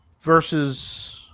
versus